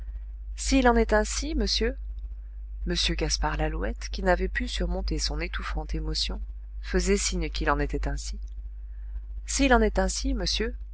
s'il en est ainsi monsieur m gaspard lalouette qui n'avait pu surmonter son étouffante émotion faisait signe qu'il en était ainsi s'il en est ainsi monsieur